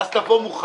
אז תבוא מוכן.